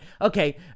okay